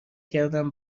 کردم